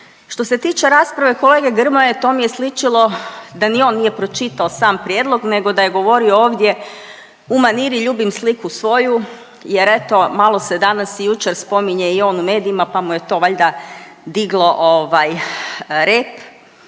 Što se tiče rasprave kolege Grmoje to mi je sličilo da ni on nije pročitao sam prijedlog nego da je govorio ovdje u maniri „ljubim sliku svoju“ jer eto malo se danas i jučer spominje i on u medijima, pa mu je to valjda diglo ovaj